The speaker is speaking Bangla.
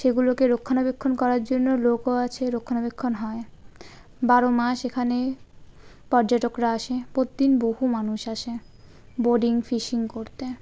সেগুলোকে রক্ষণাবেক্ষণ করার জন্য লোকও আছে রক্ষণাবেক্ষণ হয় বারো মাস এখানে পর্যটকরা আসে প্রতিদিন বহু মানুষ আসে বোর্ডিং ফিশিং করতে